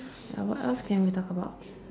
ya what else can we talk about